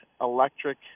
electric